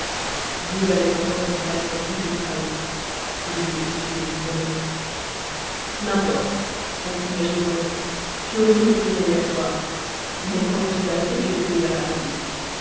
mieux valait encore être mal servi que trahi et il était sûr du bonhomme n'importe continua gévrol tu aurais dû me prévenir hier soir mais quand je suis arrivé tu étais déjà parti